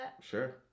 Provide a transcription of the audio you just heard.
Sure